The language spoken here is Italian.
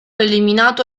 eliminato